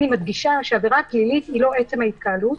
אני מדגישה שעבירה פלילית היא לא עצם התקהלות,